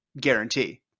guarantee